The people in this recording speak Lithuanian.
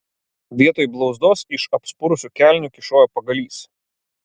vietoj blauzdos iš apspurusių kelnių kyšojo pagalys